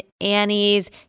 Annie's